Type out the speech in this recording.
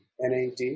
NAD